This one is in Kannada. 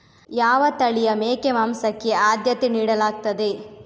ಯಾವ ತಳಿಯ ಮೇಕೆ ಮಾಂಸಕ್ಕೆ ಆದ್ಯತೆ ನೀಡಲಾಗ್ತದೆ?